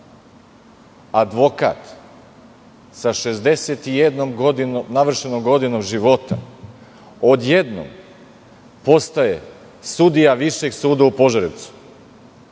advokat sa 61 navršenom godinom života odjednom postaje sudija Višeg suda u Požarevcu?